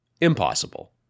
impossible